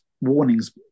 warnings